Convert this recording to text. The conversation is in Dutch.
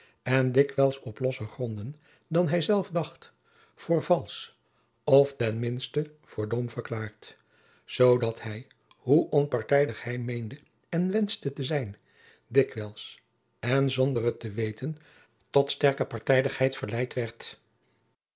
en dikwijls op losser gronden dan hij zelf dacht voor valsch of ten minsten voor dom verklaard zoodat hij hoe onpartijdig hij meende en wenschte te zijn dikwijls en zonder het te weten tot sterke partijdigheid verleid werd